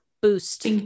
boost